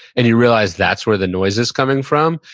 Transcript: and you realize that's where the noise is coming from,